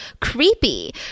creepy